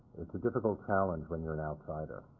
it's a difficult challenge when you're an outsider.